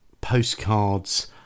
postcards